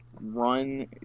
run